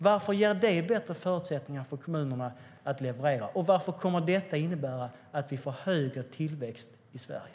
Varför ger det bättre förutsättningar för kommunerna att leverera? Och varför kommer detta att innebära att vi får högre tillväxt i Sverige?